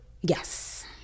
Yes